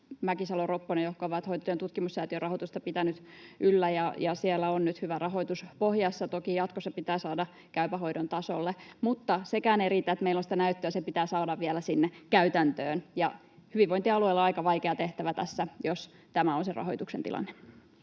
Mäkisalo-Ropponen ovat Hoitotyön tutkimussäätiön rahoitusta pitäneet yllä, ja siellä on nyt hyvä rahoituspohja. Se toki jatkossa pitää saada Käyvän hoidon tasolle. Mutta sekään ei riitä, että meillä on näyttöä. Se pitää saada vielä käytäntöön. Hyvinvointialueilla on aika vaikea tehtävä tässä, jos tämä on sen rahoituksen tilanne.